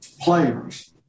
players